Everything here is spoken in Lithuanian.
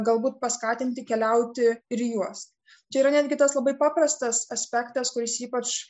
galbūt paskatinti keliauti ir juos čia yra netgi tas labai paprastas aspektas kuris ypač